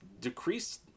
decrease